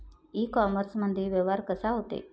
इ कामर्समंदी व्यवहार कसा होते?